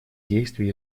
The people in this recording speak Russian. действий